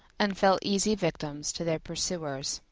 and fell easy victims to their pursuers.